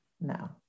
No